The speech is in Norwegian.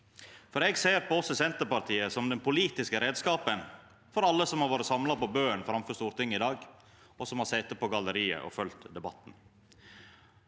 ser på oss i Senterpartiet som den politiske reiskapen for alle som har vore samla på bøen framfor Stortinget i dag, og som har sete på galleriet og følgt debatten.